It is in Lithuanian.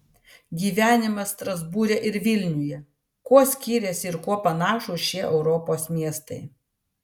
gyvenimas strasbūre ir vilniuje kuo skiriasi ir kuo panašūs šie europos miestai